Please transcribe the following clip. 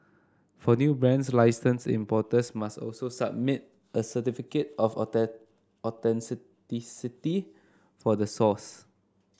for new brands license importers must also submit a certificate of attack for the source